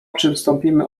przystąpimy